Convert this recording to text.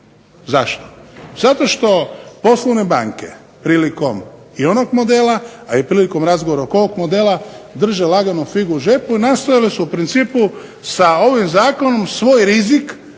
Zašto? Zato što poslovne banke prilikom i onog modela a i prilikom razgovora oko ovog modela drže lagano figu u džepu i nastojali su u principu sa ovim zakonom svoj rizik